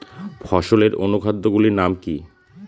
ফসলের অনুখাদ্য গুলির নাম কি?